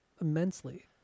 immensely